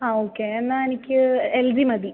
ആ ഓക്കെ എന്നാൽ എനിക്ക് എൽ ജി മതി